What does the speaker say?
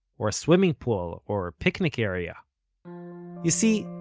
or a swimming pool, or, a picnic area you see,